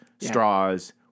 straws